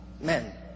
Men